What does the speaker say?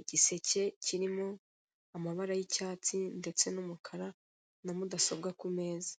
igiseke kirimo amabara y'icyatsi, ndetse n'umukara na mudasobwa ku meza.